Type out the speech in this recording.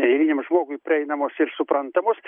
eiliniam žmogui prieinamos ir suprantamos